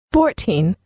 Fourteen